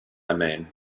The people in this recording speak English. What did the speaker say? mean